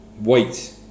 wait